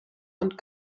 und